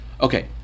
Okay